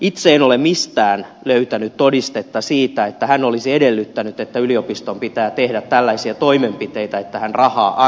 itse en ole mistään löytänyt todistetta siitä että hän olisi edellyttänyt että yliopiston pitää tehdä tällaisia toimenpiteitä jotta hän rahaa antaa